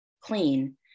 clean